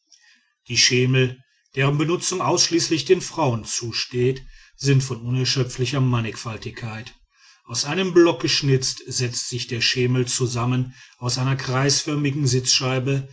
die schemel deren benutzung ausschließlich den frauen zusteht sind von unerschöpflicher mannigfaltigkeit aus einem block geschnitzt setzt sich der schemel zusammen aus einer kreisförmigen sitzscheibe